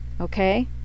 Okay